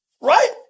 Right